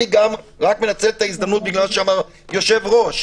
אני מנצל את ההזדמנות, בגלל דברי היושב-ראש,